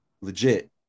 legit